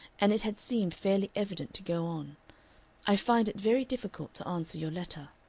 and it had seemed fairly evident to go on i find it very difficult to answer your letter.